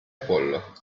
apollo